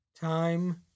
Time